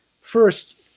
First